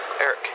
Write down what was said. Eric